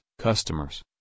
customers